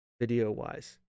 video-wise